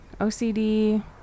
OCD